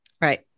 Right